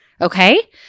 Okay